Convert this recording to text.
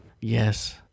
Yes